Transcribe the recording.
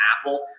Apple